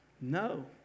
No